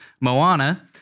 Moana